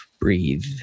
breathe